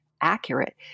accurate